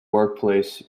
workplace